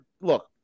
look